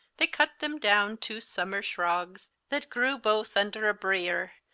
they cutt them down two summer shroggs, that grew both under a breere,